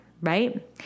Right